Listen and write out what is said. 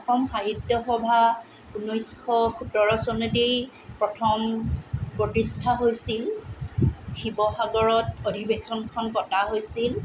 অসম সাহিত্য সভা ঊনৈছশ সোতৰ চনতেই প্ৰথম প্ৰতিষ্ঠা হৈছিল শিৱসাগৰত অধিৱেশনখন পতা হৈছিল